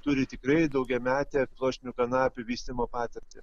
turi tikrai daugiametę pluoštinių kanapių vystymo patirtį